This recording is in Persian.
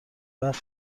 وقت